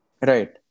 Right